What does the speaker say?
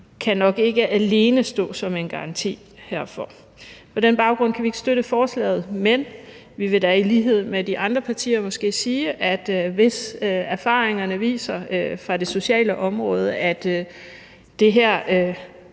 kan nok ikke alene stå som en garanti herfor. På den baggrund kan vi ikke støtte forslaget, men vi vil da i lighed med de andre partier måske sige, at hvis erfaringerne fra det sociale område viser, at det her